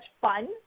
fun